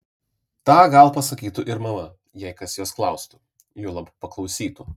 tą gal pasakytų ir mama jei kas jos klaustų juolab paklausytų